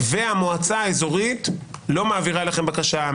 והמועצה האזורית לא מעבירה אליכם בקשה,